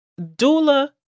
Doula